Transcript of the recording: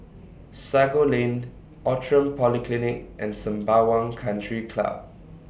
Sago Lane Outram Polyclinic and Sembawang Country Club